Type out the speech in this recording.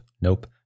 nope